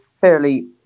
fairly